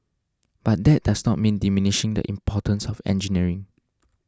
but that does not mean diminishing the importance of engineering